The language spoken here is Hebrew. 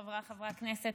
חבריי חברי הכנסת,